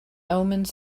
omens